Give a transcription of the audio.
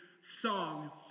song